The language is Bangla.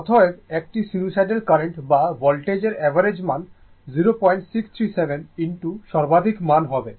অতএব একটি সিনুসোইডাল কারেন্ট বা ভোল্টেজের অ্যাভারেজ মান 0637 সর্বাধিক মান হবে